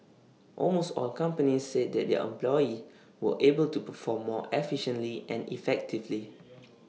almost all companies said that their employees were able to perform more efficiently and effectively